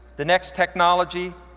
the next technology,